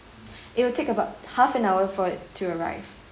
it'll take about half an hour for it to arrive